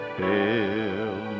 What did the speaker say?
fill